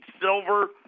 Silver